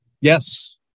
Yes